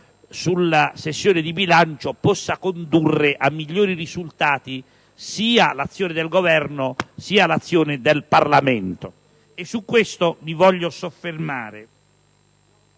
alla sessione di bilancio possa condurre a migliori risultati sia l'azione del Governo sia l'azione del Parlamento. Voglio ora soffermarmi